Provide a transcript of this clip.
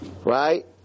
right